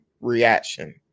reaction